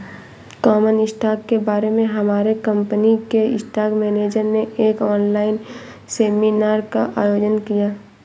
common stock के बारे में हमारे कंपनी के स्टॉक मेनेजर ने एक ऑनलाइन सेमीनार का आयोजन किया